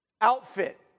Outfit